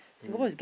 mmhmm